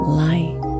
light